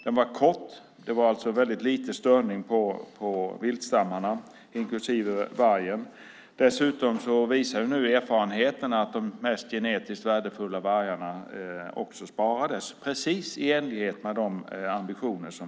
Den var kort, och viltstammarna, inklusive vargen, stördes ytterst lite. Dessutom visar erfarenheten att de mest genetiskt värdefulla vargarna sparades, precis i enlighet med våra ambitioner.